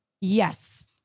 Yes